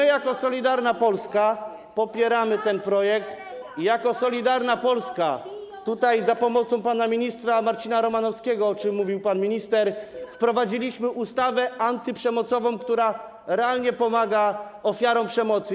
I my jako Solidarna Polska popieramy ten projekt, jako Solidarna Polska za pomocą pana ministra Marcina Romanowskiego, o czym mówił pan minister, wprowadziliśmy ustawę antyprzemocową, która realnie pomaga ofiarom przemocy.